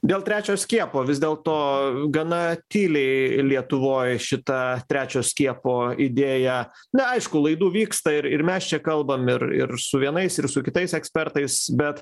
dėl trečio skiepo vis dėl to gana tyliai lietuvoj šitą trečio skiepo idėją na aišku laidų vyksta ir ir mes čia kalbam ir ir su vienais ir su kitais ekspertais bet